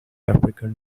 african